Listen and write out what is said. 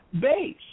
base